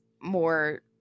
more